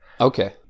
Okay